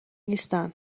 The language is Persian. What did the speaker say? نیستن